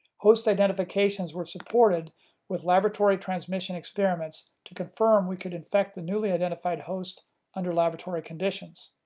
host identifications were supported with laboratory transmission experiments to confirm we could infect the newly identified host under laboratory conditions.